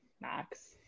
max